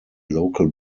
local